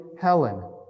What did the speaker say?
Helen